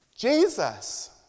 Jesus